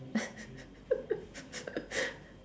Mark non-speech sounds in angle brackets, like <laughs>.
<laughs>